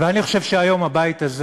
אני חושב שהיום הבית הזה